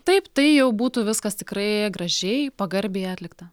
taip tai jau būtų viskas tikrai gražiai pagarbiai atlikta